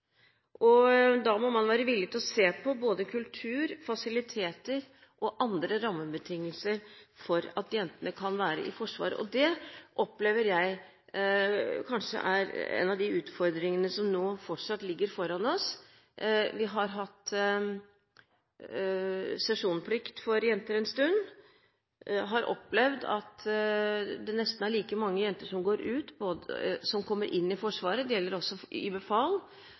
og da må man være villig til å se på både kultur, fasiliteter og andre rammebetingelser for at jentene kan være i Forsvaret. Det opplever jeg kanskje er en av de utfordringene som nå fortsatt ligger foran oss. Vi har hatt sesjonsplikt for jenter en stund. Vi har opplevd at det nesten er like mange jenter som kommer inn i Forsvaret, som går ut – det gjelder også befal